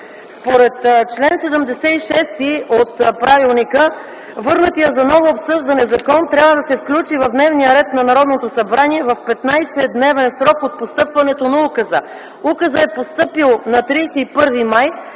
Според чл. 76 от правилника върнатия за ново обсъждане закон трябва да се включи в дневния ред на Народното събрание в 15-дневен срок от постъпването на указа. Указът е постъпил на 31 май